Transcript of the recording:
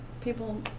people